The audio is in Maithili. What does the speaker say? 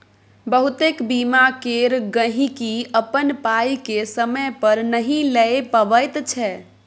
बहुतेक बीमा केर गहिंकी अपन पाइ केँ समय पर नहि लए पबैत छै